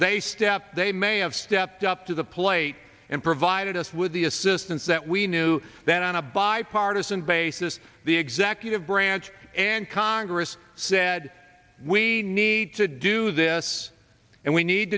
they step they may have stepped up to the plate and provided us with the assistance that we knew that on a bipartisan basis the executive branch and congress said we need to do this and we need